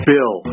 Bill